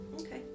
Okay